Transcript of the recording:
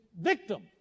victim